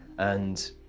and